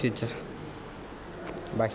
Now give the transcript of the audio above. future bye